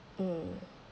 mm